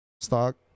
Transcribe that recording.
stock